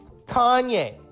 Kanye